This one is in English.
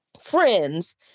friends